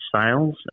sales